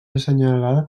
assenyalar